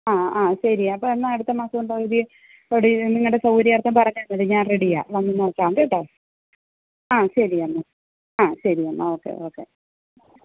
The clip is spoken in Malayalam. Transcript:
ആ ആ ശരി അപ്പം എന്നാൽ അടുത്ത മാസം പകുതി ഇടയിൽ നിന്നും നിങ്ങളുടെ സൗകര്യാർത്ഥം പറഞ്ഞാൽ മതി ഞാൻ റെഡിയാ വന്ന് നോക്കാം കേട്ടോ ആ ശരിയെന്നാൽ ആ ശരിയെന്നാൽ ഓക്കെ ഓക്കെ